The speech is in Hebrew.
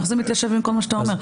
איך זה מתיישב עם כל מה שאתה אומר?